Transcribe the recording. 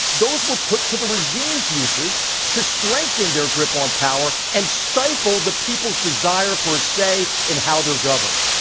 those were put to the regime's uses to strengthen their grip on power and stifle the people's desire for say in how their governed.